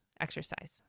exercise